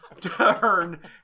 turn